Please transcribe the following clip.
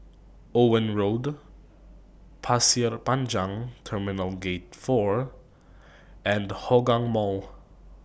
Owen Road Pasir Panjang Terminal Gate four and Hougang Mall